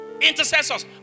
Intercessors